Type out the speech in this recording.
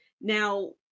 Now